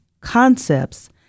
concepts